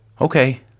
Okay